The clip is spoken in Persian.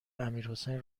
امیرحسین